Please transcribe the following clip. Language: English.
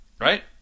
right